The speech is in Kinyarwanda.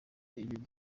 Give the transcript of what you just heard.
ibi